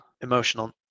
emotional